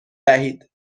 دهید